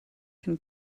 can